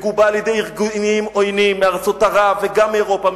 מגובה על-ידי ארגונים עוינים מארצות ערב וגם מאירופה,